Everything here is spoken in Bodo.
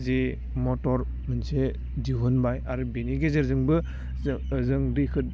जे मटर मोनसे दिहुनबाय आरो बेनि गेजेरजोंबो जो जों दैखौ